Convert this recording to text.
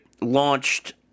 launched